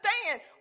understand